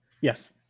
Yes